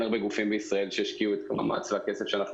הרבה גופים בישראל שהשקיעו את המאמץ והכסף שאנחנו